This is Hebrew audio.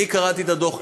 אני קראתי את הדוח.